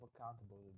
accountable